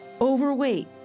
overweight